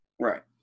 Right